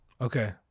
Okay